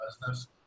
business